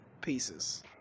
pieces